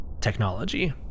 technology